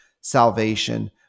salvation